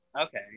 Okay